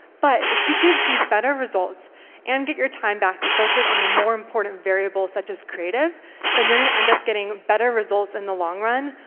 but if you can achieve better results and get your time back to focus on the more important variables such as creative then you're gonna end up getting better results in the long run,